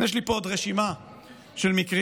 יש לי פה עוד רשימה של מקרים.